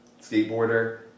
skateboarder